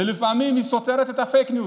ולפעמים היא סותרת את הפייק ניוז,